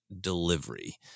delivery